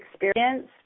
experience